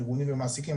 ארגונים ומעסיקים,